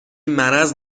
مرض